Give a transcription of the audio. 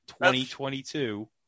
2022